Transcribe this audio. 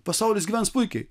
pasaulis gyvens puikiai